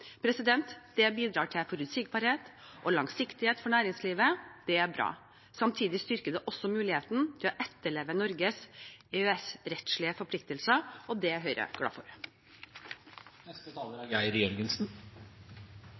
bidrar til forutsigbarhet og langsiktighet for næringslivet, og det er bra. Samtidig styrker det også muligheten til å etterleve Norges EØS-rettslige forpliktelser, og det er Høyre glad for.